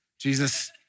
Jesus